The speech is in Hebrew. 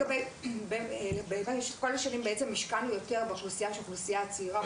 בכל השנים השקענו יותר באוכלוסייה הצעירה,